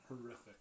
horrific